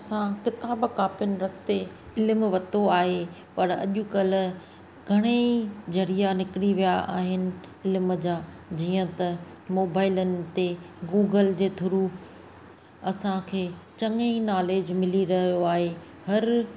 असां किताब कापियुनि रस्ते इल्मु वरितो आहे पर अॼुकल्ह घणेई ज़रिया निकिरी विया आहिनि इल्मु जा जीअं त मोबाइलनि ते गूगल जे थ्रू असां खे चङे ई नॉलेज मिली रहियो आहे हर